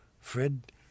Fred